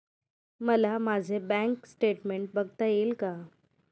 मला माझे bank statement बघता येईल का?